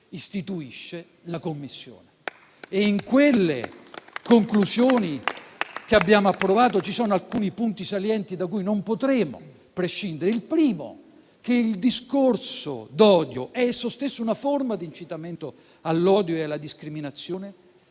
istituisce la Commissione. In quelle conclusioni che abbiamo approvato ci sono alcuni punti salienti da cui non potremo prescindere. Il primo è che il discorso d'odio è esso stesso una forma di incitamento all'odio e alla discriminazione,